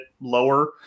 lower